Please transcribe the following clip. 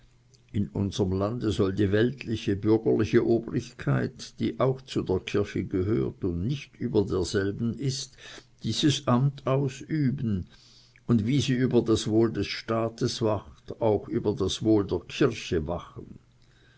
in unserm lande soll die weltliche bürgerliche obrigkeit die auch zu der kirche gehört und nicht über derselben ist dieses amt üben und wie über das wohl des staates über das wohl der kirche wachen